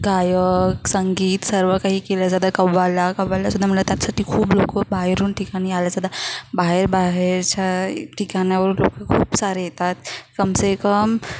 गायक संगीत सर्व काही केल्या जातात कव्हाला कव्वाली सुद्धा म्हटलं त्याचसाठी खूप लोक बाहेरून ठिकाणी आल्या जातात बाहेर बाहेरच्या ठिकाणावरून लोक खूप सारे येतात कमसे कम